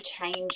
change